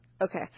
Okay